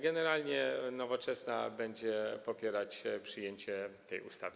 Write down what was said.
Generalnie Nowoczesna będzie popierać przyjęcie tej ustawy.